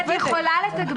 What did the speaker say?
את יכולה לתגמל.